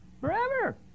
Forever